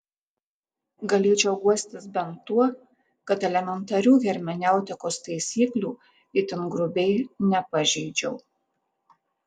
galėčiau guostis bent tuo kad elementarių hermeneutikos taisyklių itin grubiai nepažeidžiau